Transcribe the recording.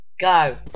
Go